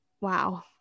wow